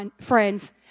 friends